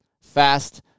Fast